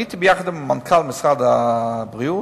הייתי יחד עם מנכ"ל משרד הבריאות,